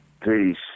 Peace